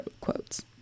quotes